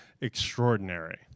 extraordinary